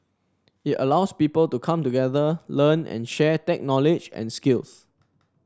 it allows people to come together learn and share tech knowledge and skills